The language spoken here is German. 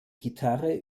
gitarre